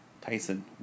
Tyson